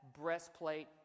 breastplate